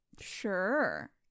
Sure